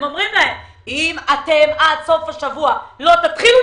הם אומרים להם שאם אתם עד סוף השבוע לא תתחילו,